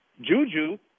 Juju